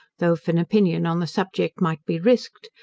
though, if an opinion on the subject might be risqued,